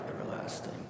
everlasting